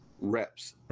reps